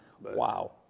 Wow